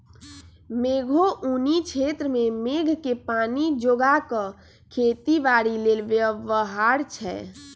मेघोउनी क्षेत्र में मेघके पानी जोगा कऽ खेती बाड़ी लेल व्यव्हार छै